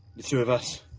the two of us.